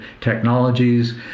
technologies